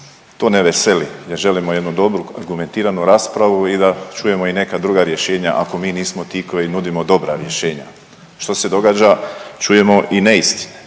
to ne veseli jer želimo jednu dobru, argumentiranu raspravu i da čujemo neka druga rješenja ako mi nismo ti koji nudimo dobra rješenja. Što se događa, čujemo i neistine,